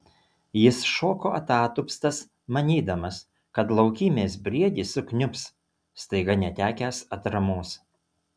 jis šoko atatupstas manydamas kad laukymės briedis sukniubs staiga netekęs atramos